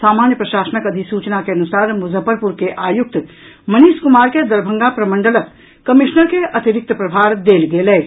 सामान्य प्रशासनक अधिसूचना के अनुसार मुजफ्फरपुर के आयुक्त मनीष कुमार के दरभंगा प्रमंडलक कमिश्नर के अतिरिक्त प्रभार देल गेल अछि